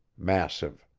massive,